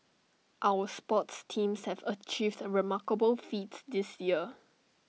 our sports teams have achieved remarkable feats this year